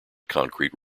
concrete